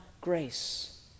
grace